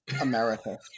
America